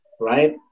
right